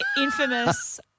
infamous